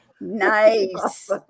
Nice